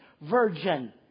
virgin